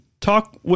talk